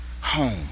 home